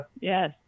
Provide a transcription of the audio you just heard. yes